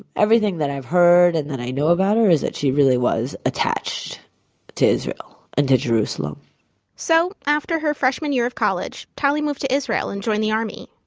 everything that i've heard and that i know about her is that she really was attached to israel and to jerusalem so, after her freshman year of college, tali moved to israel and joined the army.